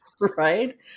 Right